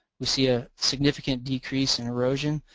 we see a significant decrease in erosion.